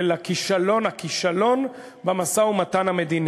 הכישלון במשא-ומתן המדיני,